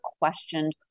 questioned